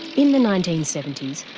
in the nineteen seventy s,